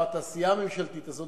או התעשייה הממשלתית הזאת,